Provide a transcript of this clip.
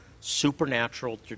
supernatural